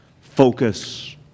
Focus